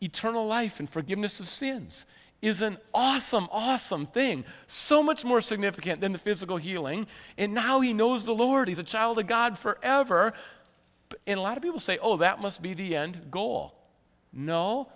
eternal life and forgiveness of sins is an awesome awesome thing so much more significant than the physical healing and now he knows the lord is a child of god forever and a lot of people say oh that must be the end goal no